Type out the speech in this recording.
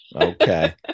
Okay